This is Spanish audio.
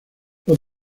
los